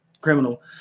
criminal